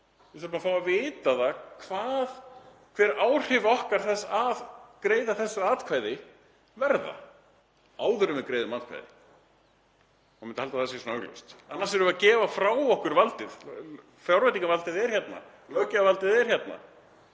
Við þurfum að fá að vita hver áhrif þess að greiða þessu atkvæði verða áður en við greiðum atkvæði. Maður myndi halda að það væri augljóst. Annars erum við að gefa frá okkur valdið. Fjárveitingavaldið er hérna, löggjafarvaldið er hérna